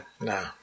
No